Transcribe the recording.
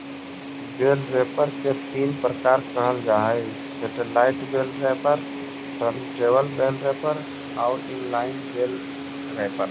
बेल wrapper के तीन प्रकार कहल जा हई satellite bale wrapper, turntable bale wrapper आउ इन लाइन बेल रैपर